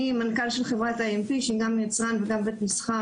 אני מנכ"לית של חברת IMP שהיא גם יצרן וגם בית מסחר